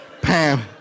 Pam